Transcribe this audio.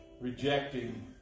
rejecting